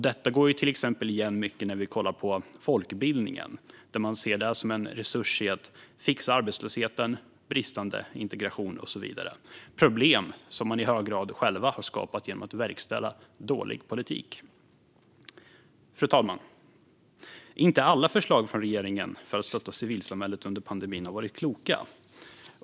Detta går till exempel igen mycket när vi kollar på folkbildningen, som ses som en resurs för att fixa arbetslöshet, bristande integration och så vidare - problem som man i hög grad själva har skapat genom att verkställa dålig politik. Fru talman! Inte alla förslag från regeringen för att stötta civilsamhället under pandemin har varit kloka.